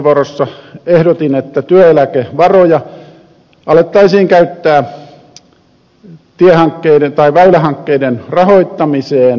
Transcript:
vastauspuheenvuorossani ehdotin että työeläkevaroja alettaisiin käyttää väylähankkeiden rahoittamiseen